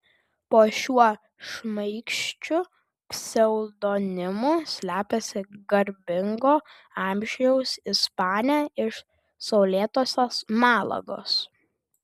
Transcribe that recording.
po šiuo šmaikščiu pseudonimu slepiasi garbingo amžiaus ispanė iš saulėtosios malagos